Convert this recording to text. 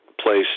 place